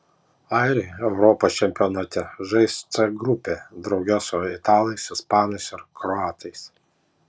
airiai europos čempionate žais c grupėje drauge su italais ispanais ir kroatais